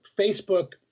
Facebook